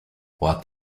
what